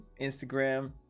instagram